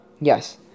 Yes